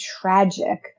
tragic